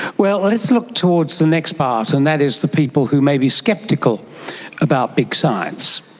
well, let's look towards the next part, and that is the people who may be sceptical about big science,